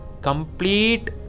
complete